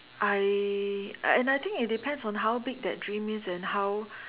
I and I think it depends on how big that dream is and how